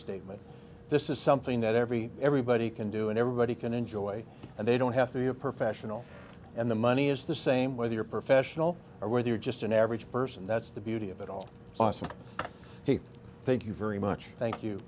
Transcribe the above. statement this is something that every everybody can do and everybody can enjoy and they don't have to be a professional and the money is the same whether you're professional or whether you're just an average person that's the beauty of it all awesome heath thank you very much thank you